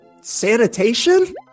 sanitation